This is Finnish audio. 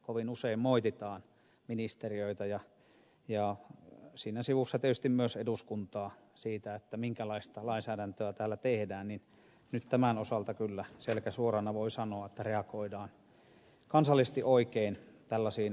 kovin usein moititaan ministeriöitä ja siinä sivussa tietysti myös eduskuntaa siitä minkälaista lainsäädäntöä täällä tehdään nyt tämän osalta kyllä selkä suorana voi sanoa että reagoidaan kansallisesti oikein tällaisiin ajankohtaisiin ongelmiin